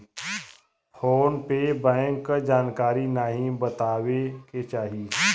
phone पे bank क जानकारी नाहीं बतावे के चाही